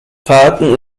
fahrten